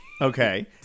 Okay